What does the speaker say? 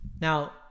now